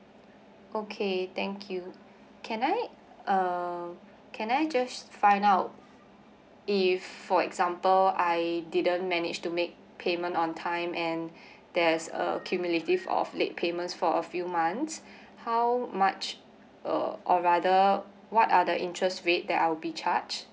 okay thank you can I uh can I just find out if for example I didn't manage to make payment on time and there's a cumulative of late payments for a few months how much uh or rather what are the interest rate that I will be charge